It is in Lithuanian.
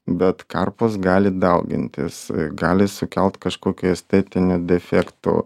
bet karpos gali daugintis gali sukelt kažkokių estetinių defektų